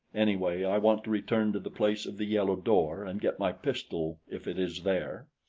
anyway, i want to return to the place of the yellow door and get my pistol if it is there.